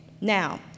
Now